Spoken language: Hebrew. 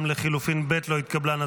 גם לחלופין ב' לא התקבלה.